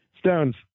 Stones